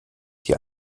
die